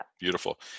beautiful